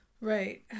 Right